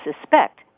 suspect